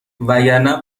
وگرنه